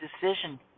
decision